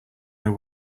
know